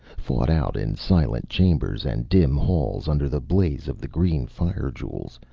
fought out in silent chambers and dim halls under the blaze of the green fire-jewels,